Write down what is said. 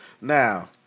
Now